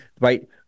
right